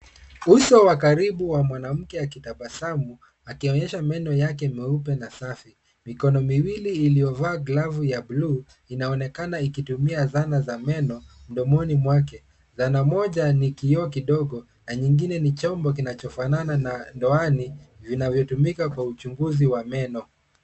Uso wa karibu wa mwanamke akitabasamu, akionyesha meno yake meupe na safi. Mikono miwili iliyovaa glovu ya blue inaonekana ikitumia zana za meno mdomoni mwake. Dhana moja ni kioo kidogo na nyingine ni chombo kinachofanana na ndoani vinavyotumika kwa uchunguzi wa meno.